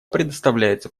предоставляется